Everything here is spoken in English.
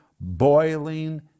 boiling